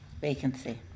Vacancy